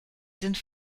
sind